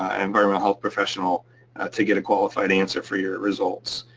ah environmental health professional to get a qualified answer for your results.